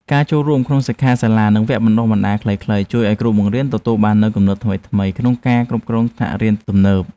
ការចូលរួមក្នុងសិក្ខាសាលានិងវគ្គបណ្តុះបណ្តាលខ្លីៗជួយឱ្យគ្រូបង្រៀនទទួលបាននូវគំនិតថ្មីៗក្នុងការគ្រប់គ្រងថ្នាក់រៀនទំនើប។